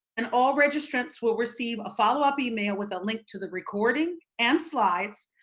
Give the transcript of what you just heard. and, all registrants will receive follow-up email with ah link to the recording, and slides,